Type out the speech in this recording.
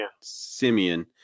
Simeon